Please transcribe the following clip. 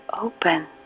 open